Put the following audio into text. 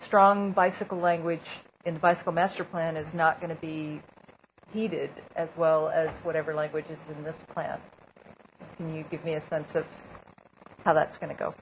strong bicycle language and bicycle master plan is not going to be heated as well as whatever language is in this plan can you give me a sense of how that's going to go